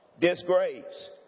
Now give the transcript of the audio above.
disgrace